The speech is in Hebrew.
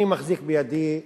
אני מחזיק בידי,